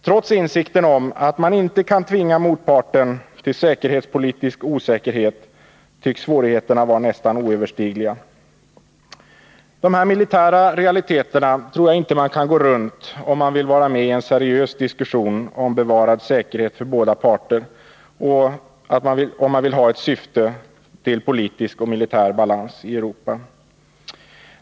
Trots insikten om att man inte kan tvinga motparten till säkerhetspolitisk osäkerhet tycks svårigheterna vara nästan oöverstigliga. Dessa militära realiteter kan man inte gå runt, om man vill vara med i en seriös diskussion om bevarad säkerhet för båda parter som syftar till politisk och militär balans i Europa.